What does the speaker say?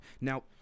Now